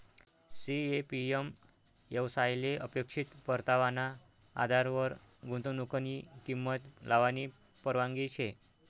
CAPM येवसायले अपेक्षित परतावाना आधारवर गुंतवनुकनी किंमत लावानी परवानगी शे